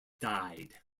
died